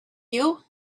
you